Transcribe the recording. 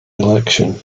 election